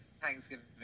Thanksgiving